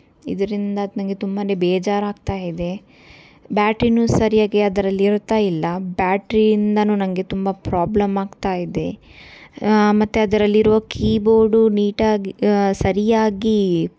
ಇದರಿಂದ ನನಗೆ ತುಂಬಾ ಬೇಜಾರಾಗ್ತಾ ಇದೆ ಬ್ಯಾಟ್ರಿನೂ ಸರಿಯಾಗಿ ಅದರಲ್ಲಿ ಇರುತ್ತಾ ಇಲ್ಲ ಬ್ಯಾಟ್ರಿಯಿಂದನೂ ನನಗೆ ತುಂಬಾ ಪ್ರಾಬ್ಲಮ್ ಆಗ್ತಾ ಇದೆ ಮತ್ತು ಅದರಲ್ಲಿರುವ ಕೀಬೋರ್ಡು ನೀಟಾಗಿ ಸರಿಯಾಗಿ